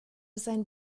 sein